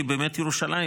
כי באמת ירושלים,